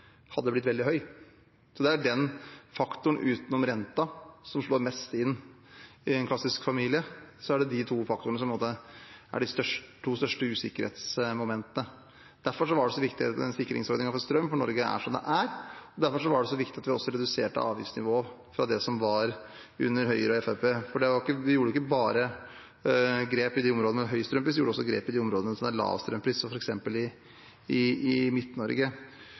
hadde blitt veldig høy. Så det er den faktoren utenom renta som slår mest inn. I en klassisk familie er det de to faktorene som er de største usikkerhetsmomentene. Derfor var den sikringsordningen for strøm så viktig, for Norge er som det er. Det var også viktig at vi reduserte avgiftsnivået fra slik det var under Høyre og Fremskrittspartiet, for vi gjorde ikke bare grep i områdene med høy strømpris, vi gjorde også grep i områdene med lav strømpris, som f.eks. i Midt-Norge. Så mente også vi i